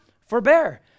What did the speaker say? forbear